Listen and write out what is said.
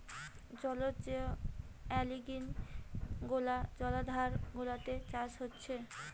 জলজ যে অ্যালগি গুলা জলাধার গুলাতে চাষ হচ্ছে